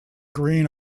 green